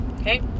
okay